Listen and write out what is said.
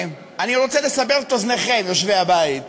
אני רוצה לסבר את אוזנכם, יושבי הבית.